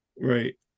Right